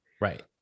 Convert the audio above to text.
Right